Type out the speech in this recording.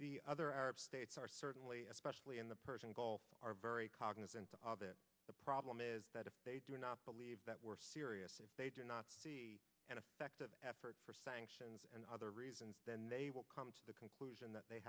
the other arab states are certainly especially in the persian gulf are very cognizant of the problem is that they do not believe that we're serious if they do not see an effective effort for sanctions and other reasons then they will come to the conclusion that they